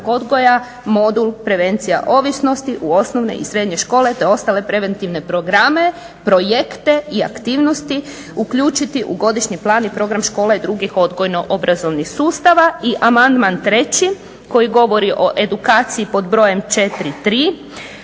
odgoja modul prevencija ovisnosti u osnove i srednje škole te ostale preventivne programe, projekte i aktivnosti uključiti u godišnji plan i program škola i drugih odgojno-obrazovnih sustava." I amandman 3. koji govori o edukaciji pod brojem 4.3.